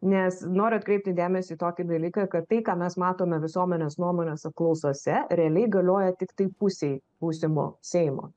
nes noriu atkreipti dėmesį į tokį dalyką kad tai ką mes matome visuomenės nuomonės apklausose realiai galioja tiktai pusei būsimo seimo